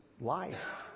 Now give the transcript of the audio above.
life